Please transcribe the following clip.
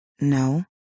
No